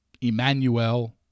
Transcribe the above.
Emmanuel